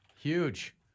Huge